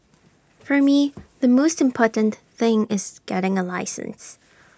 for me the most important thing is getting A license